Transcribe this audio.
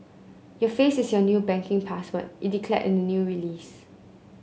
your face is your new banking password it declared in the new release